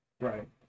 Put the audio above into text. Right